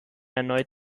erneut